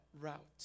route